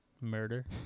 Murder